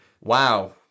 Wow